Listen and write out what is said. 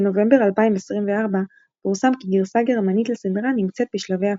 בנובמבר 2024 פורסם כי גרסה גרמנית לסדרה נמצאת בשלבי הפקה.